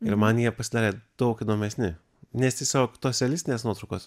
ir man jie pasidarė daug įdomesni nes tiesiog tos realistinės nuotraukos